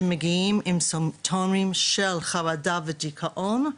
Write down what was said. שמגיעים עם סימפטומים של חרדה ודיכאון,